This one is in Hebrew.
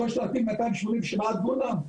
שלושת אלפים מאתיים שמונים ושבעה דונם?